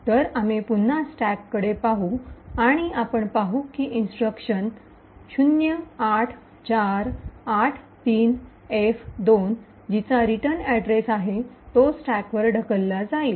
तर आम्ही पुन्हा स्टॅककडे पाहू आणि आपण पाहू की पुढील इंस्ट्रक्शन 08483f2 जीचा रिटर्न अड्रेस आहे तो स्टॅकवर ढकलला जाईल